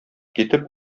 китеп